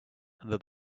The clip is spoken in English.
under